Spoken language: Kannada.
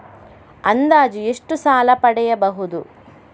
ಅಂದಾಜು ಎಷ್ಟು ಸಾಲ ಪಡೆಯಬಹುದು?